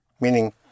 meaning